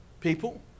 people